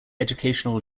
educational